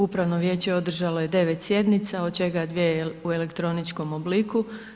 Upravo vijeće održalo je 9 sjednica, od čega 2 u elektroničkom obliku.